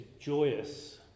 joyous